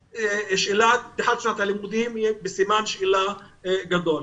פתיחת שנת הלימודים היא בסימן שאלה גדול.